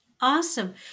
Awesome